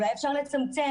אולי אפשר לצמצם,